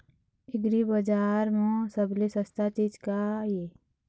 एग्रीबजार म सबले सस्ता चीज का ये?